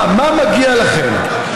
מה, מה מגיע לכם?